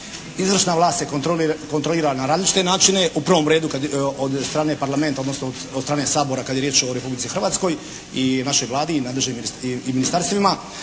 Izvršna vlast se kontrolira na različite načine, u prvom redu od strane Parlamenta, odnosno od strane Sabora kad je riječ o Republici Hrvatskoj i našoj Vladi i ministarstvima,